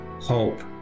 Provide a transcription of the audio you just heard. hope